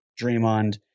Draymond